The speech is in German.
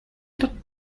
dort